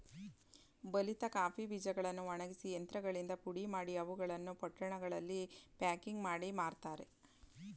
ಬಲಿತ ಕಾಫಿ ಬೀಜಗಳನ್ನು ಒಣಗಿಸಿ ಯಂತ್ರಗಳಿಂದ ಪುಡಿಮಾಡಿ, ಅವುಗಳನ್ನು ಪೊಟ್ಟಣಗಳಲ್ಲಿ ಪ್ಯಾಕಿಂಗ್ ಮಾಡಿ ಮಾರ್ತರೆ